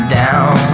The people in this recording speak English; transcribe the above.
down